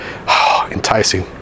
enticing